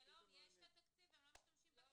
אבשלום, יש את התקציב, הם לא משתמשים בכסף.